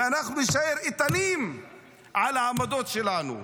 ואנחנו נישאר איתנים בעמדות שלנו.